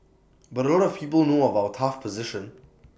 but A lot of people know about our tough position